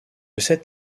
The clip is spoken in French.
cet